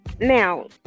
now